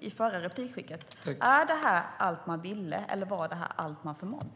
det förra inlägget: Är det här allt man ville, eller var det allt man förmådde?